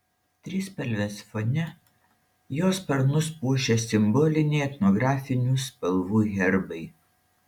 trispalvės fone jo sparnus puošia simboliniai etnografinių spalvų herbai